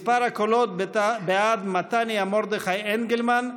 מספר הקולות בעד מתניהו מרדכי אנגלמן,